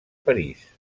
parís